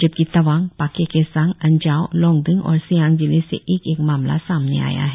जबकि तवांग पाक्के केसांग अंजाव लोंगडिंग और सियांग जिले से एक एक मामला सामने आया है